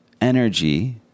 energy